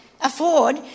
afford